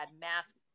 mask